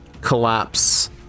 collapse